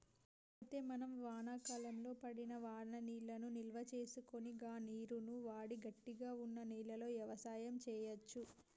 అయితే మనం వానాకాలంలో పడిన వాననీళ్లను నిల్వసేసుకొని గా నీరును వాడి గట్టిగా వున్న నేలలో యవసాయం సేయచ్చు